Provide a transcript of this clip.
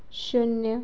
शून्य